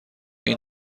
این